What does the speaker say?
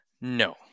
No